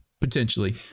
potentially